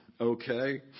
okay